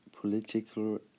political